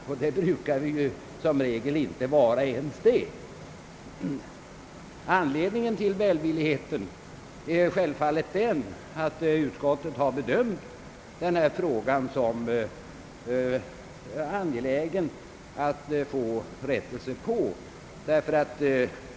Som regel brukar ju inte ens det vara fallet. Anledningen till välviljan är självfallet att utskottet har bedömt det som angeläget att få rättelse i den av motionärerna aktualiserade skattefrågan.